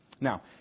Now